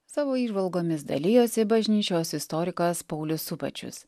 savo įžvalgomis dalijosi bažnyčios istorikas paulius subačius